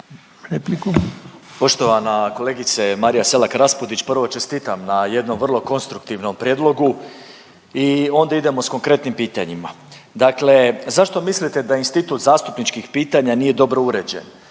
(MOST)** Poštovana kolegice Marija Selak Raspudić, prvo čestitam na jednom vrlo konstruktivnom prijedlogu i onda idemo s konkretnim pitanjima. Dakle, zašto mislite da institut zastupničkih pitanja nije dobro uređen?